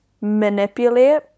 manipulate